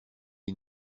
les